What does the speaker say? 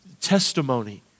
testimony